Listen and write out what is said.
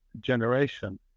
generation